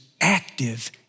active